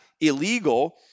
illegal